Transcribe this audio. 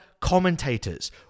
commentators